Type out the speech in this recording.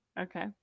Okay